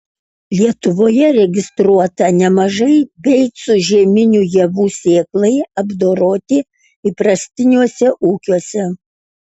lietuvoje registruota nemažai beicų žieminių javų sėklai apdoroti įprastiniuose ūkiuose